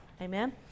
Amen